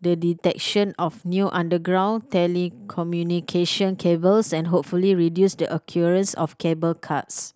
detection of new underground telecommunication cables and hopefully reduce the occurrence of cable cuts